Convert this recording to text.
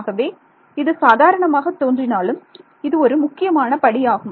ஆகவே இது சாதாரணமாக தோன்றினாலும் இது ஒரு முக்கியமான படியாகும்